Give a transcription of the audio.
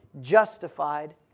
Justified